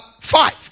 five